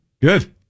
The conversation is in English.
Good